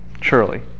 Surely